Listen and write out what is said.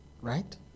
Right